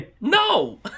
No